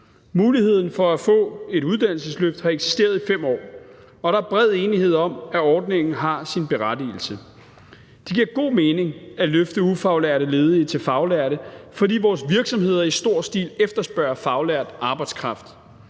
Muligheden for at få et uddannelsesløft har eksisteret i 5 år, og der er bred enighed om, at ordningen har sin berettigelse. Det giver god mening at løfte ufaglærte ledige til faglærte, fordi vores virksomheder i stor stil efterspørger faglært arbejdskraft,